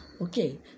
Okay